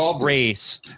race